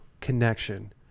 connection